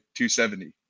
270